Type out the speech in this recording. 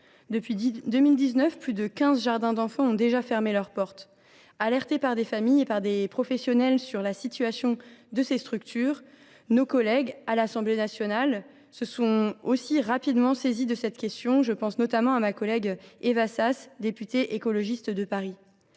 promulgation, plus de quinze jardins d’enfants ont déjà fermé leurs portes. Alertés par des familles et des professionnels sur la situation de ces structures, nos collègues de l’Assemblée nationale se sont rapidement saisis de cette question ; je pense notamment à Éva Sas, députée écologiste de Paris.